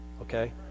okay